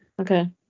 Okay